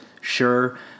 sure